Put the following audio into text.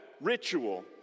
ritual